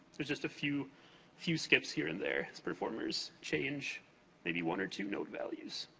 there's just a few few skips here and there, as performers change maybe one or two note values.